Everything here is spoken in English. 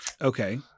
Okay